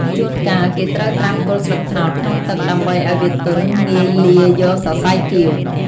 ជួនកាលគេត្រូវត្រាំគល់ស្លឹកត្នោតក្នុងទឹកដើម្បីឲ្យវាទន់ងាយលាយកសរសៃគាវ។